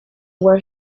where